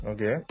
Okay